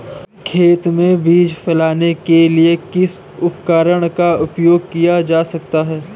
खेत में बीज फैलाने के लिए किस उपकरण का उपयोग किया जा सकता है?